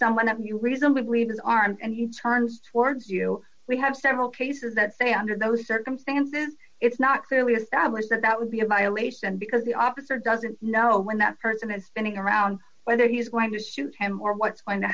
someone of your reason with leaves arms and he turns towards you we have several cases that say under those circumstances it's not clearly established that that would be a violation because the officer doesn't know when that person is spinning around whether he's going to shoot him or what's going to